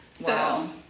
Wow